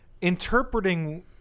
interpreting